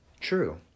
true